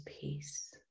peace